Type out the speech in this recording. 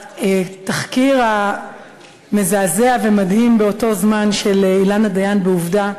התחקיר המזעזע ומדהים באותו זמן של אילנה דיין ב"עובדה"